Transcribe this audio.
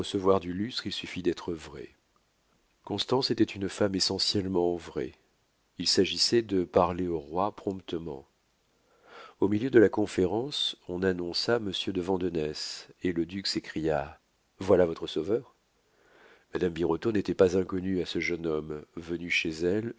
du lustre il suffit d'être vrai constance était une femme essentiellement vraie il s'agissait de parler au roi promptement au milieu de la conférence on annonça monsieur de vandenesse et le duc s'écria voilà votre sauveur madame birotteau n'était pas inconnue à ce jeune homme venu chez elle